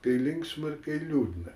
kai linksma ir kai liūdna